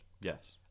Yes